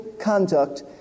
conduct